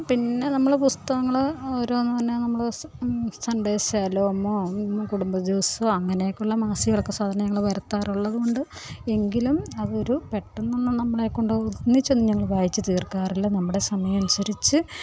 പിന്നെ നമ്മൾ പുസ്തകങ്ങൾ ഓരോന്ന് ഇങ്ങനെ നമ്മൾ സൺഡേ ഷാലോമോ കുടുംബ ദിവസമോ അങ്ങനെയൊക്കെയുള്ള മാസികകളൊക്കെ സാധാരണ ഞങ്ങള് വരുത്താറുള്ളത് കൊണ്ട് എങ്കിലും അതൊരു പെട്ടന്നൊന്നും നമ്മളെ കൊണ്ട് അത് ഒന്നിച്ചൊന്നും ഞങ്ങൾ വായിച്ചു തീർക്കാറില്ല നമ്മുടെ സമയം അനുസരിച്ച്